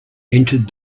entered